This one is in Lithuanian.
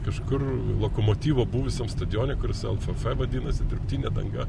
kažkur lokomotyvo buvusiam stadione kuris elfa vadinasi dirbtinė danga